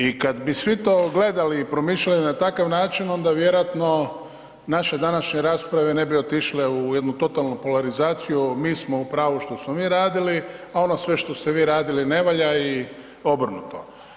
I kad bi si to gledali i promišljali na takav način onda vjerojatno naše današnje rasprave ne bi otišle u jednu totalnu polarizaciju, mi smo u pravo što smo mi radili, a ono sve što ste vi radili ne valja i obrnuto.